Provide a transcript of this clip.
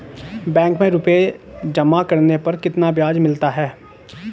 Bank में रुपये जमा करने पर कितना ब्याज मिलता है?